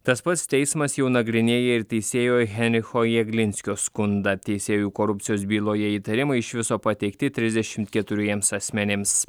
tas pats teismas jau nagrinėja ir teisėjo henricho jeglinskio skundą teisėjų korupcijos byloje įtarimai iš viso pateikti trisdešimt keturiems asmenims